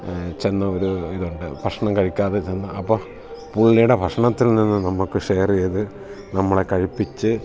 ചെന്ന ഒരു ഇതുണ്ട് ഭക്ഷണം കഴിക്കാതെ ചെന്നു അപ്പം പുള്ളിയുടെ ഭക്ഷണത്തിൽ നിന്ന് നമുക്ക് ഷെയർ ചെയ്തു നമ്മളെ കഴിപ്പിച്ചു